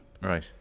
Right